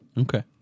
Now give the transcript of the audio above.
okay